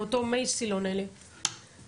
אותם מי סילון האלה